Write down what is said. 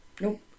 Nope